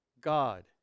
God